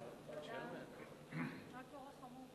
חברי חברי